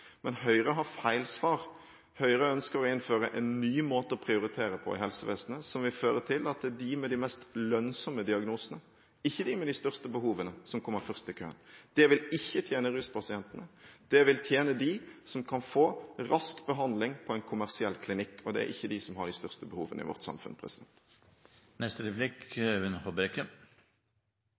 Men Høyre har feil svar. Høyre ønsker å innføre en ny måte å prioritere på i helsevesenet, som vil føre til at det er de med de mest «lønnsomme» diagnosene, ikke de med de største behovene, som kommer først i køen. Det vil ikke tjene ruspasientene. Det vil tjene dem som raskt kan få behandling på en kommersiell klinikk. Det er ikke de som har de største behovene i vårt samfunn.